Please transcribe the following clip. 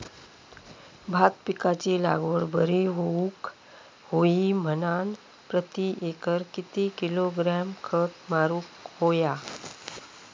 भात पिकाची लागवड बरी होऊक होई म्हणान प्रति एकर किती किलोग्रॅम खत मारुक होया?